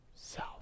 South